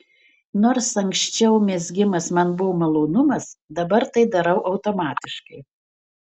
nors anksčiau mezgimas man buvo malonumas dabar tai darau automatiškai